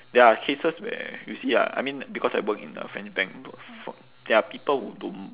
there are cases where you see ah I mean because I work in a french bank for there are people who don't